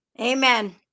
amen